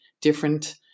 different